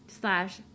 slash